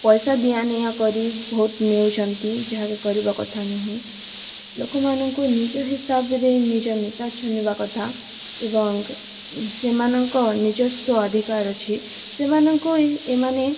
ପଇସା ଦିଆନିଆ କରି ଭୋଟ ନେଉଛନ୍ତି ଯାହାକି କରିବା କଥା ନୁହେଁ ଲୋକମାନଙ୍କୁ ନିଜ ହିସାବରେ ନିଜ ନେତା ଚୁନିବା କଥା ଏବଂ ସେମାନଙ୍କ ନିଜସ୍ଵ ଅଧୀକାର ଅଛି ସେମାନଙ୍କୁ ଏ ଏମାନେ